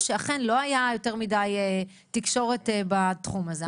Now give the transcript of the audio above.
שאכן לא היה יותר מדי תקשורת בתחום הזה.